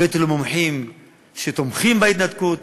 הבאתי לו מומחים שתומכים בהתנתקות,